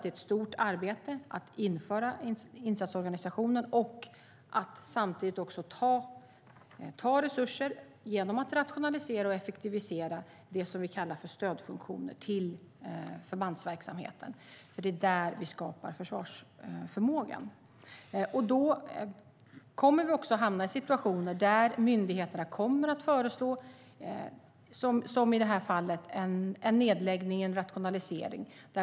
Det är ett stort arbete att införa insatsorganisationen och att samtidigt ta resurser genom att rationalisera och effektivisera det som vi kallar för stödfunktioner till förbandsverksamheten. Det är där vi skapar försvarsförmågan. Då kommer vi också att hamna i situationer där myndigheterna kommer att föreslå, som i det här fallet, en nedläggning, en rationalisering.